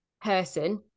person